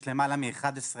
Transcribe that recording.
יש למעלה מ-11,000